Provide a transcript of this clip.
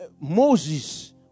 Moses